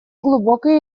глубокие